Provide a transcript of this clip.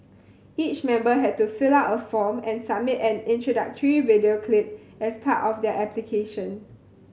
each member had to fill out a form and submit an introductory video clip as part of their application